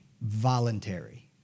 voluntary